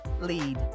lead